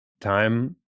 time